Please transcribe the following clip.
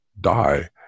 die